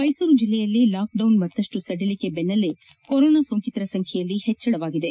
ಮೈಸೂರು ಜಿಲ್ಲೆಯಲ್ಲಿ lockdown ಮತ್ತಷ್ನು ಸಡಿಲಿಕೆ ಬೆನ್ನಲ್ಲೇ ಕೊರೊನಾ ಸೋಂಕಿತರ ಸಂಖ್ಯೆಯಲ್ಲಿ ಹೆಚ್ಚಳವಾಗಿದೆ